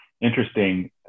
interesting